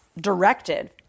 directed